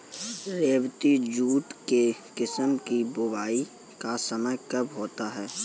रेबती jute के किस्म की बुवाई का समय कब होता है?